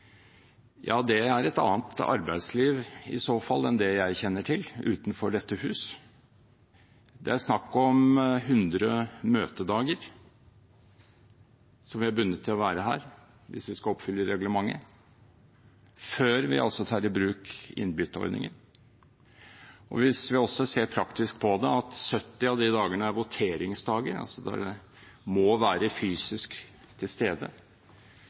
Ja, det er i så fall et annet arbeidsliv enn det jeg kjenner til utenfor dette hus. Det er snakk om 100 møtedager som vi er bundet til å være her, hvis man skal oppfylle reglementet – før vi tar i bruk innbytteordningen. Hvis vi ser praktisk på det, er 70 av disse dagene voteringsdager, der man fysisk må være til stede.